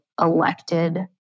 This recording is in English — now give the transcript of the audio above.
elected